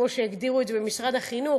כמו שהגדירו את זה במשרד החינוך.